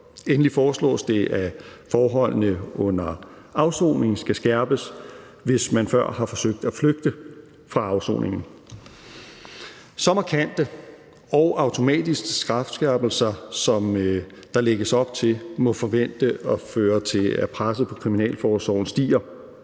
Endelig foreslås det, at forholdene under afsoningen skal skærpes, hvis man før har forsøgt at flygte fra afsoningen. Så markante og automatiske strafskærpelser, som der lægges op til, må forventes at føre til, at presset på kriminalforsorgen stiger.